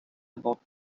about